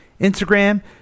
Instagram